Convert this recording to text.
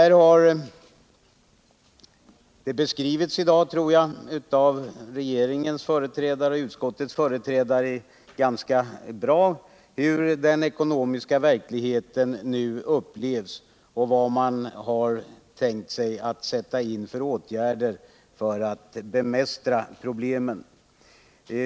Regeringens och utskottets företrädare har i dag ganska bra beskrivit hur den ekonomiska verkligheten nu upplevs och vad man tänkt sig sätta in för åtgärder för att bemästra problemen.